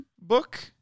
book